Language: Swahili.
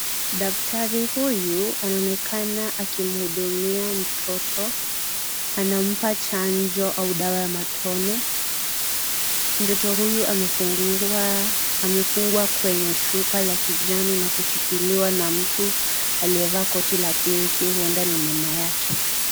Daktari huyu anaonekana akimhudumia mtoto. Anampa chanjo au dawa ya matone. Mtoto huyu amefungwa kwenye shuka ya kijani na kushukiliwa na mtu aliye vaa koti ya pinki. Huenda ni mama yake.